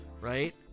right